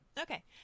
Okay